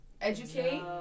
Educate